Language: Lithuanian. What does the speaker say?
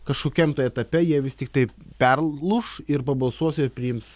kažkokiam tai etape jie vis tiktai perlūš ir pabalsuos ir priims